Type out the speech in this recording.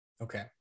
Okay